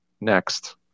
next